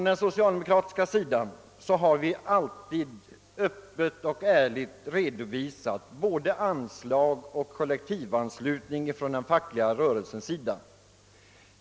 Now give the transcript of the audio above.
På den socialdemokratiska sidan har vi alltid öppet och ärligt redovisat både anslag och kollektivanslutning från den fackliga rörelsen.